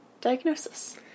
diagnosis